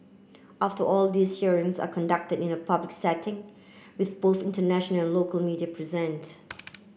after all these hearings are conducted in a public setting with both international local media present